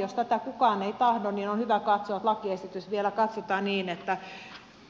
jos tätä kukaan ei tahdo niin on hyvä että lakiesitys vielä katsotaan niin